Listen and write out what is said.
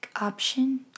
option